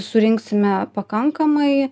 surinksime pakankamai